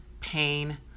pain